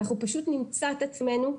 אנחנו פשוט נמצא את עצמנו,